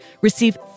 Receive